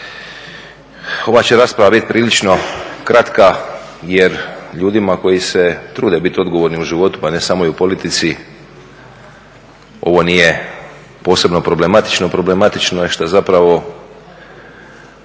Ova će rasprava biti prilično kratka jer ljudima koji se trude biti odgovorni u životu pa ne samo i u politici ovo nije posebno problematično. Problematično je što zapravo